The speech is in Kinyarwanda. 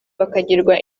bakagirwa